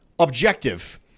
objective